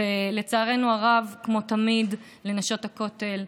ולצערנו הרב, כמו תמיד, לנשות הכותל,